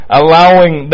allowing